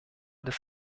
des